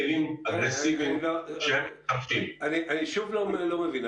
אני שוב לא מבין.